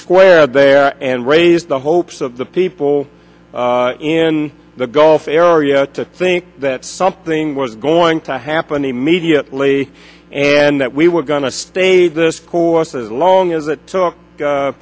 square there and raised the hopes of the people in the gulf area to think that something was going to happen immediately and that we were going to stay this course as long as it took